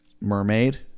mermaid